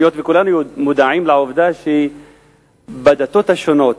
היות שכולנו מודעים לעובדה שבדתות השונות,